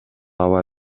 аба